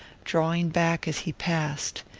drawing back as he passed.